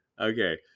Okay